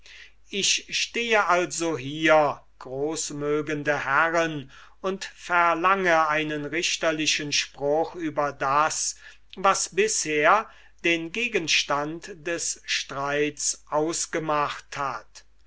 ich stehe also hier großmögende herren und verlange einen richterlichen spruch über das was bisher den gegenstand des streits ausgemacht hat